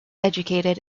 educated